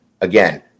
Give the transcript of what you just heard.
Again